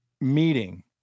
meeting